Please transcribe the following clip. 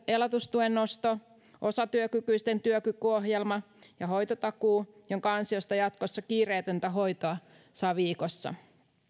elatustuen nosto osatyökykyisten työkykyohjelma ja hoitotakuu jonka ansiosta jatkossa kiireetöntä hoitoa saa viikossa